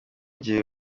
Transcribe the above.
gihe